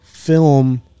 film